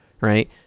Right